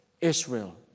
Israel